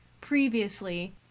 previously